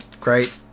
Great